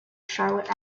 charlotte